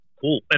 Cool